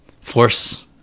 force